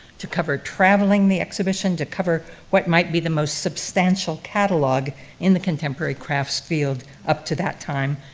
to cover travelling the exhibition, to cover what might be the most substantial catalogue in the contemporary crafts field up to that time,